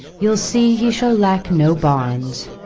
you'll see he shall lack no barnes.